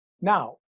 Now